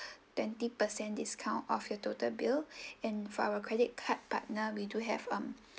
twenty percent discount off your total bill and for our credit card partner we do have um